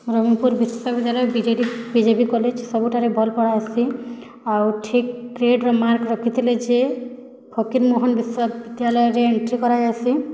ବିଶ୍ୱବିଦ୍ୟାଳୟ BJD BJB college ସବୁଠାରେ ଭଲ୍ ପଢ଼ା ହେସି ଆଉ ଠିକ୍ ଗ୍ରେଡ଼୍ର ମାର୍କ୍ ରଖିଥିଲେ ଯେ ଫକିରମୋହନ୍ ବିଶ୍ୱବିଦ୍ୟାଳୟରେ ଏନ୍ଣ୍ଟ୍ରି କରାଯାଇସି